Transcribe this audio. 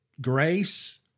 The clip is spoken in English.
Grace